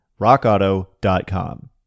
RockAuto.com